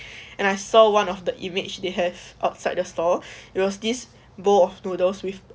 and I saw one of the image they have outside the store it was this bowl of noodles with